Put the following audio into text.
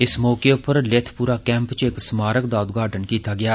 इस मौके पर लेथपुरा कैम्प च इक स्मारक दा उदघाटन बी कीता गेआ